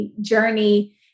journey